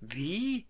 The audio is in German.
wie